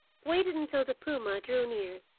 waited until the puma drew near,